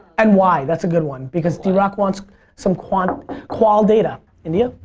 and why? that's a good one because drock wants some qual qual data. india?